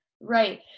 right